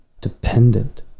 dependent